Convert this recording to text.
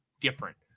different